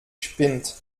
spinnt